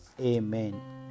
Amen